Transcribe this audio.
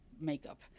makeup